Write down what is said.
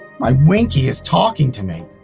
my winkey is talking to me.